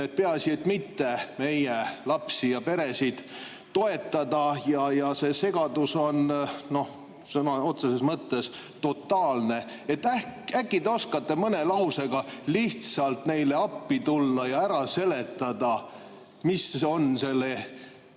et mitte meie lapsi ja peresid toetada. Ja see segadus on sõna otseses mõttes totaalne. Äkki te oskate mõne lausega lihtsalt neile appi tulla ja ära seletada, mis on selle